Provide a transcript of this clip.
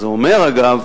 זה אומר, אגב,